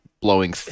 blowing